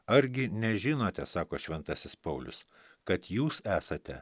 argi nežinote sako šventasis paulius kad jūs esate